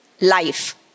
life